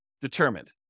determined